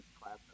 class